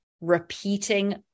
repeating